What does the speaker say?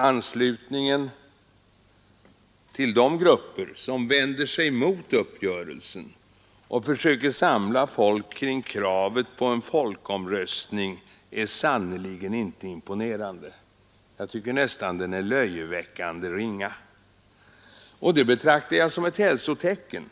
Anslutningen till de grupper som vänder sig emot uppgörelsen och försöker samla människorna kring kravet på en folkomröstning är sannerligen inte imponerande. Jag tycker nästan den är löjeväckande ringa. Och det betraktar jag som ett hälsotecken,